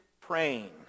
praying